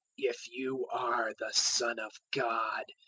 if you are the son of god,